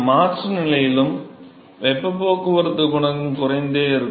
மாற்ற நிலையிலும் வெப்பப் போக்குவரத்துக் குணகம் குறைந்து கொண்டே இருக்கும்